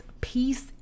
peace